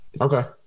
Okay